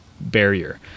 barrier